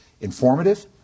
informative